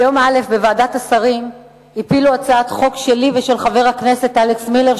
ביום א' הפילו בוועדת השרים הצעת חוק שלי ושל חבר הכנסת אלכס מילר,